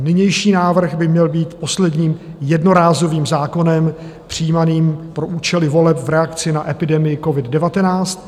Nynější návrh by měl být posledním jednorázovým zákonem přijímaným pro účely voleb v reakci na epidemii covid19.